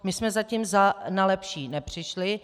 My jsme zatím na lepší nepřišli.